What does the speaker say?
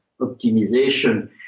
optimization